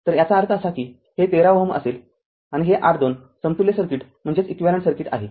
तर याचा अर्थ असा कीहे १३ Ω असेल आणि हे r२समतुल्य सर्किट आहे